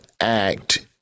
act